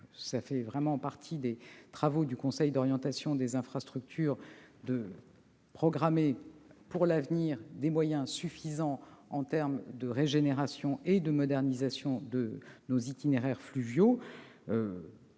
Il fait donc vraiment partie des travaux du Conseil d'orientation des infrastructures de programmer des moyens suffisants pour la régénération et la modernisation de nos itinéraires fluviaux.